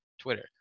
Twitter